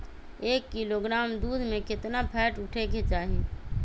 एक किलोग्राम दूध में केतना फैट उठे के चाही?